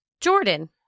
Jordan